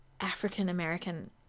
African-American